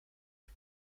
het